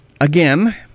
Again